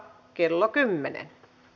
kello kymmenen d